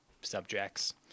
subjects